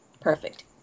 perfect